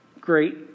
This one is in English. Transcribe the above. great